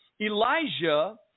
Elijah